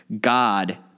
God